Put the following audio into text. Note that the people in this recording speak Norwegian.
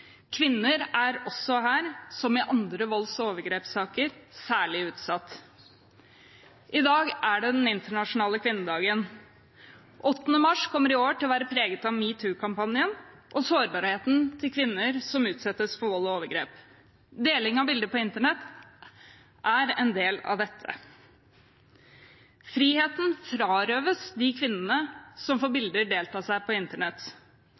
Kvinner er også her, som i andre volds- og overgrepssaker, særlig utsatt. I dag er det den internasjonale kvinnedagen. 8. mars kommer i år til å være preget av metoo-kampanjen og sårbarheten til kvinner som utsettes for vold og overgrep. Deling av bilder på internett er en del av dette. Friheten frarøves de kvinnene som får bilder av seg delt på internett.